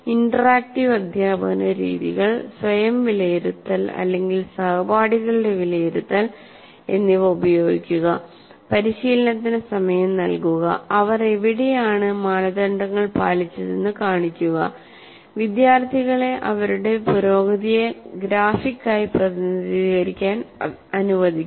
interactive അധ്യാപന രീതികൾ സ്വയം വിലയിരുത്തൽ അല്ലെങ്കിൽ സഹപാഠികളുടെ വിലയിരുത്തൽ എന്നിവ ഉപയോഗിക്കുക പരിശീലനത്തിന് സമയം നൽകുക അവർ എവിടെയാണ് മാനദണ്ഡങ്ങൾ പാലിച്ചതെന്ന് കാണിക്കുകവിദ്യാർത്ഥികളെ അവരുടെ പുരോഗതിയെ ഗ്രാഫിക്കായി പ്രതിനിധീകരിക്കാൻ അനുവദിക്കുക